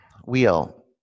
Wheel